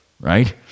right